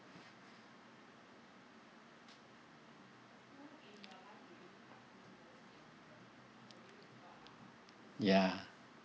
ya